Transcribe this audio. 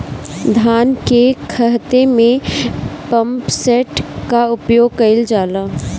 धान के ख़हेते में पम्पसेट का उपयोग कइल जाला?